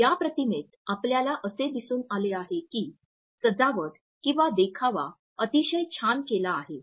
या प्रतिमेत आपल्याला असे दिसून आले आहे की सजावट किंवा देखावा अतिशय छान केला आहे